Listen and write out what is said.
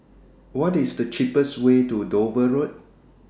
What IS The cheapest Way to Dover Road